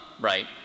right